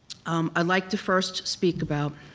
um i'd like to first speak about.